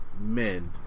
Men